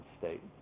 state